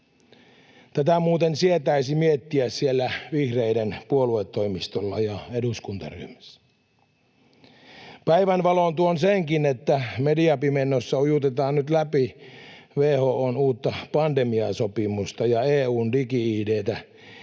Tätä muuten sietäisi miettiä siellä vihreiden puoluetoimistolla ja eduskuntaryhmässä. Päivänvaloon tuon senkin, että mediapimennossa ujutetaan nyt läpi WHO:n uutta pandemiasopimusta ja EU:n digi-ID:tä,